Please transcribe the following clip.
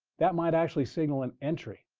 that might actually signal an entry.